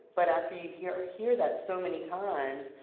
but after you hear hear that so many times,